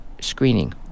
screening